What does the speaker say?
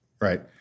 Right